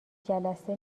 جلسه